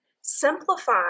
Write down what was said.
simplify